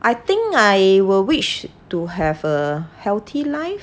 I think I will wish to have a healthy life